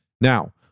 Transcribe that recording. Now